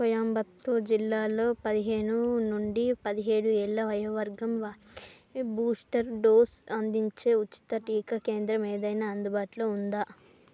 కోయంబత్తూరు జిల్లాలో పదిహేను నుండి పదిహేడు ఏళ్ళ వయోవర్గం వారికి బూస్టర్ డోసు అందించే ఉచిత టీకా కేంద్రం ఏదైనా అందుబాటులో ఉందా